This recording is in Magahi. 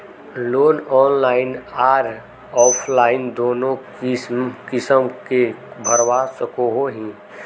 लोन ऑनलाइन आर ऑफलाइन दोनों किसम के भरवा सकोहो ही?